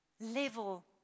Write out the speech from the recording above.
level